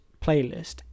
playlist